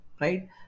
right